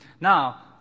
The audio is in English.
Now